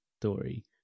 story